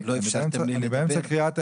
אני באמצע קריאה,